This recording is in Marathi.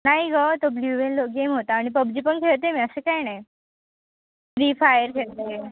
नाही ग तो ब्यू वेल गेम होता आणि पबजी पण खेळते मी असं काय नाही फ्री फायर खेळते